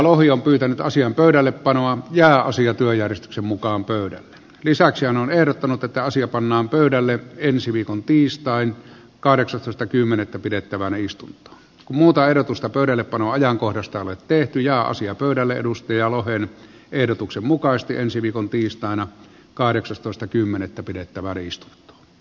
keskustelussa on pyytänyt asian pöydälle panoa ja osia työjärjestyksen mukaan pöydän lisäksi markus lohi ehdottanut että asia pannaan pöydälle ensi viikon tiistain kahdeksastoista kymmenettä pidettävänä istunut kun muuta verotusta pöydällepanoajankohdasta ole tehty ja asiat uudelle edustaja lohen ehdotuksen mukaisesti ensi tiistaina kahdeksastoista kymmenettä pidettävä rist